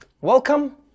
Welcome